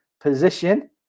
position